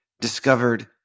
discovered